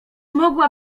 mogła